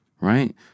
right